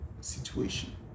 situation